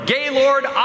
Gaylord